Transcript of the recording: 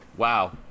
wow